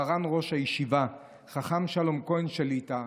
מרן ראש הישיבה חכם שלום כהן שליט"א.